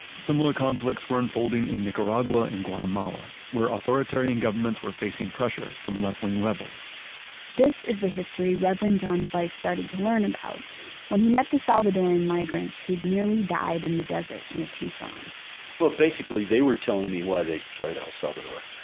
similar conflicts were unfolding in nicaragua and guatemala where authoritarian governments were facing pressure from left-wing rebels this is the history reverend john fife started to learn about when he met the salvadorian migrants who'd nearly died in the desert near tucson well, basically they were telling me why they'd fled el salvador,